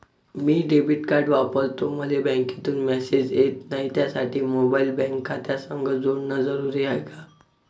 मी debit card वापरतो मले बँकेतून मॅसेज येत नाही, त्यासाठी मोबाईल बँक खात्यासंग जोडनं जरुरी हाय का?